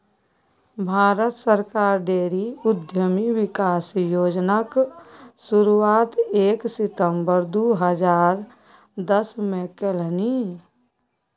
भारत सरकार डेयरी उद्यमिता विकास योजनाक शुरुआत एक सितंबर दू हजार दसमे केलनि